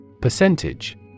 Percentage